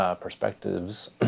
perspectives